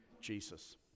Jesus